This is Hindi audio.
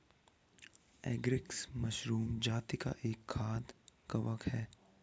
एगेरिकस मशरूम जाती का एक खाद्य कवक है